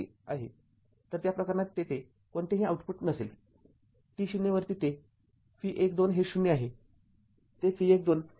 तर त्या प्रकरणात तेथे कोणतेही आउटपुट नसेल t0 वरती ते V१२ हे ० आहे